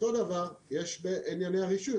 אותו דבר יש בענייני הרישום,